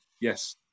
yes